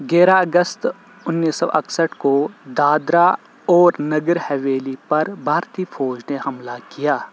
گیارہ اگست انیس سو اکسٹھ کو دادرا اور نگر حویلی پر بھارتی فوج نے حملہ کیا